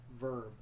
verb